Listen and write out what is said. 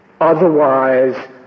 otherwise